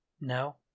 no